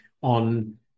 on